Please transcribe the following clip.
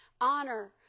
honor